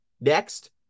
Next